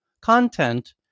content